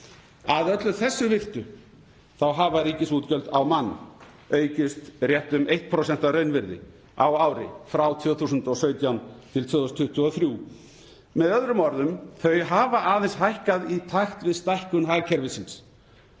Að öllu þessu virtu þá hafa ríkisútgjöld á mann aukist rétt um 1% að raunvirði á ári frá 2017 til 2023. Með öðrum orðum hafa þau aðeins hækkað í takt við stækkun hagkerfisins.